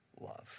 love